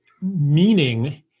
meaning